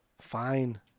fine